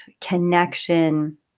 connection